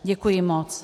Děkuji moc.